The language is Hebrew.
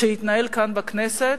שהתנהל כאן בכנסת,